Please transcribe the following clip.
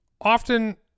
Often